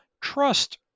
trust